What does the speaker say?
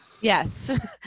Yes